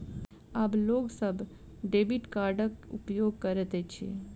आब लोक सभ डेबिट कार्डक उपयोग करैत अछि